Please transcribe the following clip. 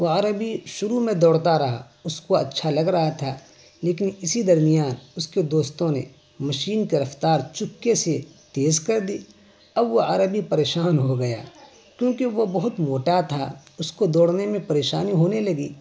وہ عربی شروع میں دوڑتا رہا اس کو اچھا لگ رہا تھا لیکن اسی درمیان اس کے دوستوں نے مشین کے رفتار چپکے سے تیز کر دی اب وہ عربی پریشان ہو گیا کیونکہ وہ بہت موٹا تھا اس کو دوڑنے میں پریشانی ہونے لگی